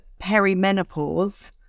perimenopause